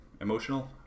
emotional